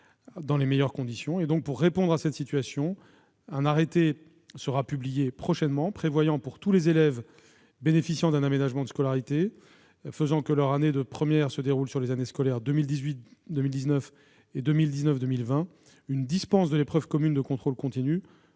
dans les meilleures conditions. Afin de répondre à cette situation, un arrêté sera publié prochainement, prévoyant, pour tous les élèves bénéficiant d'un aménagement de scolarité permettant que leur année de première se déroule sur les années scolaires 2018-2019 et 2019-2020, une dispense de l'épreuve commune de contrôle continu